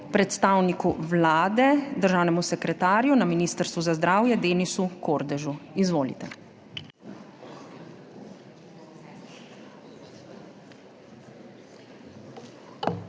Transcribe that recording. predstavniku Vlade, državnemu sekretarju na Ministrstvu za zdravje, Denisu Kordežu. DENIS